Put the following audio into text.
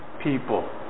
people